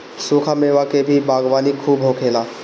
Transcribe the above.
सुखा मेवा के भी बागवानी खूब होखेला